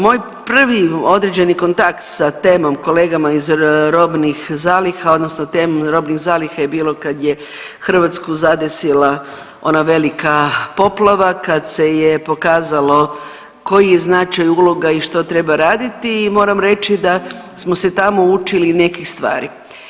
Moj prvi određeni kontakt sa temom kolegama iz robnih zaliha odnosno tema robna zaliha je bilo kad je Hrvatsku zadesila ona velika poplava kad se je pokazalo koji je značaj uloga i što treba raditi i moram reći da smo se tamo učili nekih stvari.